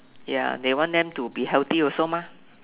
ya they want them to be healthy also mah